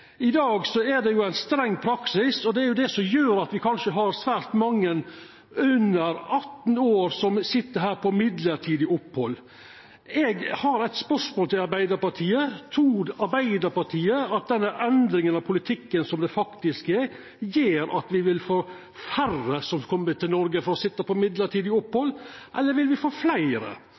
I dag er det ein streng praksis, og det er det som gjer at me kanskje har svært mange under 18 år som sit her med mellombels opphald. Eg har eit spørsmål til Arbeidarpartiet: Trur Arbeidarpartiet at denne endringa av politikken, som det faktisk er, gjer at me vil få færre som kjem til Noreg og får mellombels opphald, eller vil me få fleire?